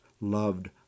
loved